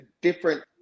different